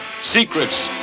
Secrets